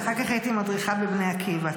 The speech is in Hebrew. ואחר כך הייתי מדריכה בבני עקיבא,